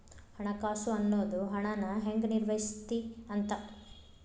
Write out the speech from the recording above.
ಹಣಕಾಸು ಅನ್ನೋದ್ ಹಣನ ಹೆಂಗ ನಿರ್ವಹಿಸ್ತಿ ಅಂತ